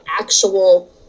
actual